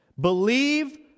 Believe